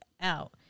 out